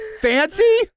Fancy